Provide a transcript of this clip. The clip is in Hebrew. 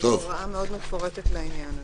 זאת הוראה מאוד מפורטת לעניין הזה.